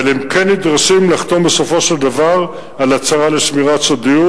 אבל הם כן נדרשים לחתום בסופו של דבר על הצהרה לשמירת סודיות.